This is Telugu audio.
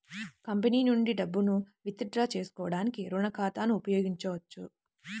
కంపెనీ నుండి డబ్బును విత్ డ్రా చేసుకోవడానికి రుణ ఖాతాను ఉపయోగించొచ్చు